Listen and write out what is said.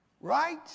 right